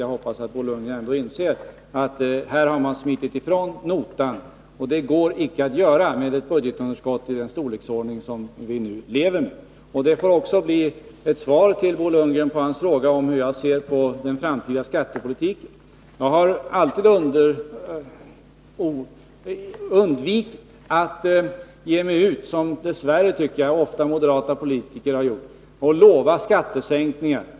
Jag hoppas att Bo Lundgren ändå inser att man här har smitit ifrån notan, och det går det icke att göra med ett budgetunderskott av den storleksordning som vi lever med. Detta får också bli ett svar på Bo Lundgrens fråga om hur jag ser på den framtida skattepolitiken. Jag har alltid undvikit att— som dess värre moderata politiker ofta har gjort —ge mig ut och lova skattesänkningar.